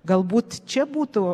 galbūt čia būtų